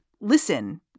listen